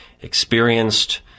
experienced